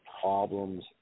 problems